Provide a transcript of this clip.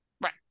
Right